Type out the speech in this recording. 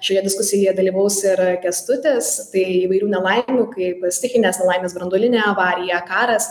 šioje diskusijoje dalyvaus ir kęstutis tai įvairių nelaimių kaip stichinės nelaimės branduolinė avarija karas